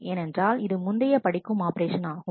ஏனென்றால் இது முந்தைய படிக்கும் ஆப்பரேஷன் ஆகும்